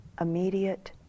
immediate